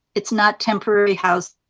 it's not temporary housing.